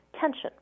tension